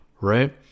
right